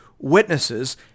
witnesses